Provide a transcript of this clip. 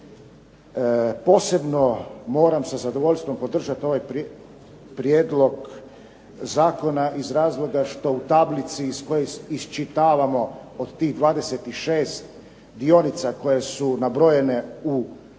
Posebno moram sa zadovoljstvom podržati ovaj prijedlog zakona iz razloga što u tablici iz koje iščitavamo od tih 26 dionica koje su nabrojene u fazi